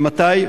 ומתי